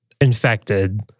infected